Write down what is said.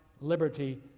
liberty